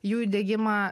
jų įdiegimą